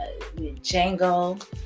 Django